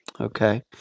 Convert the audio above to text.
Okay